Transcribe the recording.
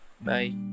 bye